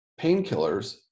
painkillers